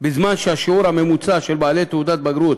ואילו השיעור הממוצע של בעלי תעודת בגרות